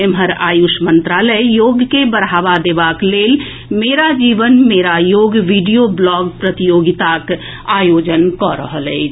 एम्हर आयुष मंत्रालय योग के बढ़ावा देबाक लेल मेरा जीवन मेरा योग वीडियो ब्लॉग प्रतियोगिताक आयोजन कऽ रहल अछि